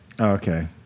Okay